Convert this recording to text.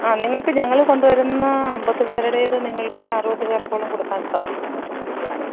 ആ നിങ്ങൾക്ക് ഞങ്ങൾ കൊണ്ടുവരുന്ന അമ്പതുപേരുടേത് നിങ്ങള്ക്ക് ഒരു അറുപതു പേര്ക്കോളം കൊടുക്കാന് സാധിക്കും മട്ടണ് ബിരിയാണി